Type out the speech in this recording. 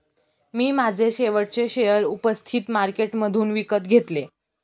मी माझे शेवटचे शेअर उपस्थित मार्केटमधून विकत घेतले